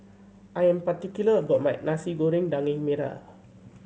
I am particular about my Nasi Goreng Daging Merah